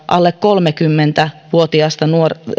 alle kolmekymmentä vuotiasta